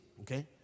okay